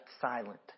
silent